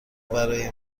برای